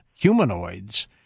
humanoids